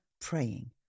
praying